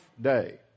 Day